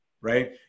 Right